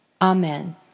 Amen